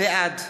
בעד